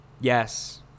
yes